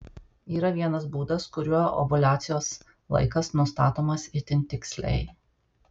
yra vienas būdas kuriuo ovuliacijos laikas nustatomas itin tiksliai